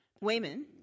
Wayman